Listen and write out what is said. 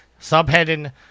subheading